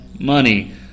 money